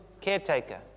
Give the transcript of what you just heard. caretaker